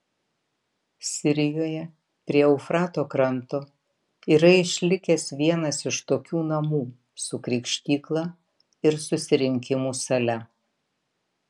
sirijoje prie eufrato kranto yra išlikęs vienas iš tokių namų su krikštykla ir susirinkimų sale